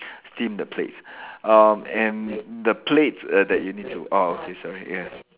steam the plates um and the plates err that you need to ah okay sorry ya